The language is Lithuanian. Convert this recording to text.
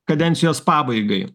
kadencijos pabaigai